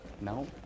No